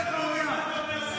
אלוקינו מלך העולם.